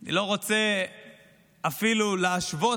אני לא רוצה אפילו להשוות,